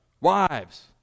Wives